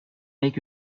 make